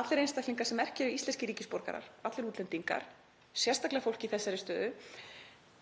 allir einstaklingar sem ekki eru íslenskir ríkisborgarar, allir útlendingar, sérstaklega fólk í þessari stöðu,